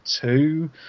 two